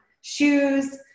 shoes